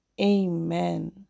Amen